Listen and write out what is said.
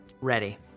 Ready